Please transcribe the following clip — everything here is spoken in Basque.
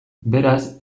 beraz